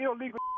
illegal